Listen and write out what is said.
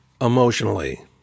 emotionally